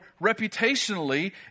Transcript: reputationally